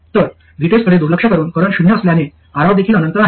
तर VTEST कडे दुर्लक्ष करून करंट शून्य असल्याने Rout देखील अनंत आहे